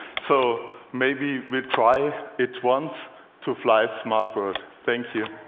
so maybe we'll try it once to fly a smartbird. thank you.